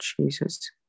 Jesus